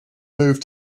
moved